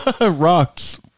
Rocks